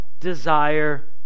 Desire